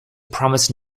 promise